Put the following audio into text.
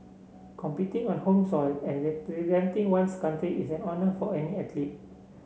competing on home soil and representing one's country is an honour for any athlete